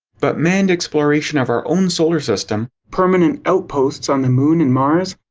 but manned exploration of our own solar system, permanent outposts on the moon and mars,